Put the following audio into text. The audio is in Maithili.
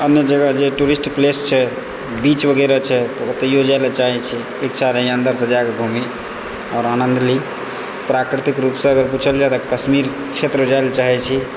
अन्य जगह जे टूरिस्ट प्लेस छै बीच वगैरह छै तऽ ओतएओ जाइलऽ चाहैत छिऐ इच्छा रहैए अन्दरसँ जे जाके घूमी आओर आनन्द ली प्राकृतिक रूपसँ अगर पूछल जाए तऽ कश्मीर क्षेत्र जाइलऽ चाहैत छी